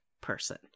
person